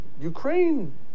Ukraine